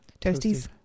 toasties